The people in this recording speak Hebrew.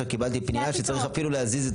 קיבלתי עכשיו פנייה שצריך אפילו להזיז את